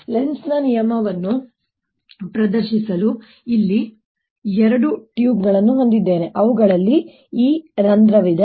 ಲೆನ್ಜ್ನ ನಿಯಮವನ್ನು ಪ್ರದರ್ಶಿಸಲು ನಾನು ಇಲ್ಲಿ ಎರಡು ಟ್ಯೂಬ್ಗಳನ್ನು ಹೊಂದಿದ್ದೇನೆ ಅವುಗಳಲ್ಲಿ ಈ ರಂಧ್ರವಿದೆ